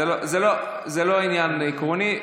זה לא עניין עקרוני.